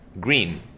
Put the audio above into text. green